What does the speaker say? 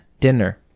dinner